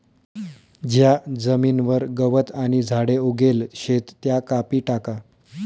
ज्या जमीनवर गवत आणि झाडे उगेल शेत त्या कापी टाका